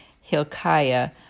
Hilkiah